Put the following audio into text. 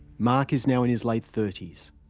mark is now in his late thirty s.